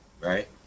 right